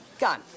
Gone